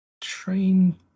train